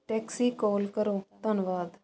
taxi call ਕਰੋ ਧੰਨਵਾਦ